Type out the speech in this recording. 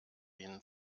ihnen